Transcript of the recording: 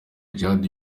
djihad